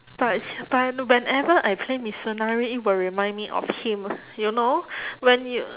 but but whenever I play mitsunari it will remind me of him you know when you